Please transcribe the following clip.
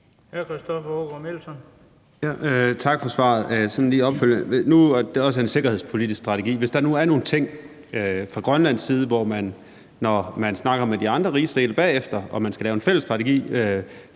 Tak for svaret. Det er sådan lige opfølgende. Der er også en sikkerhedspolitisk strategi, og hvis der nu er nogle ting fra Grønlands side, hvor man, når man snakker med de andre rigsdele bagefter og skal lave en fælles strategi,